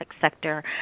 sector